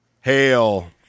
Hail